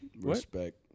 Respect